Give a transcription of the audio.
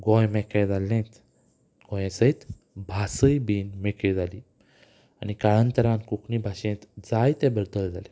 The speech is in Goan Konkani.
गोंय मेकळें जाल्लेंच गोंया सयत भासय बीन मेकळी जाली आनी काळांतरान कोंकणी भाशेंत जायते बदल जाले